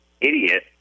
idiot